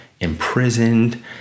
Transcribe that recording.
imprisoned